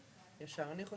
התכנון והבנייה (תיקון מס' 128 והוראת שעה),